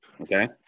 okay